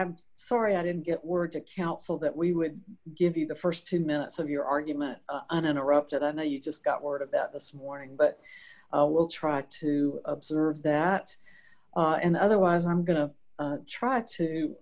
i'm sorry i didn't get word to council that we would give you the st two minutes of your argument uninterrupted i know you just got word of that this morning but we'll try to observe that and otherwise i'm going to try to